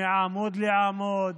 מעמוד לעמוד,